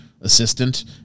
assistant